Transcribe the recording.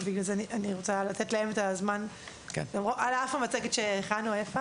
ואני רוצה לתת להן את הזמן על אף המצגת היפה שהכנו.